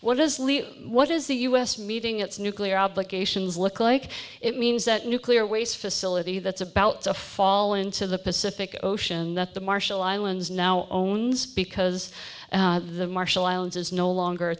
what is lee what is the u s meeting its nuclear obligations look like it means that nuclear waste facility that's about to fall into the pacific ocean that the marshall islands now owns because the marshall islands is no longer a